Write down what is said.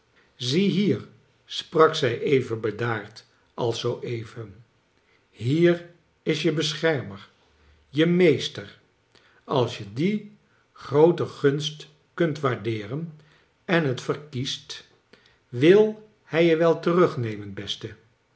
zie hier sprak zij even bedaard als zoo even hier is je beschermer je meester als je die groote gunst kunt waardeeren en het verkiest wil hij je wel terugnemen beste